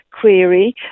query